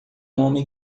homem